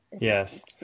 yes